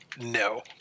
no